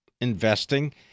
investing